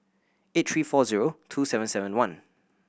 eight three four zero two seven seven one